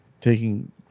taking